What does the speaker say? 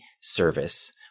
service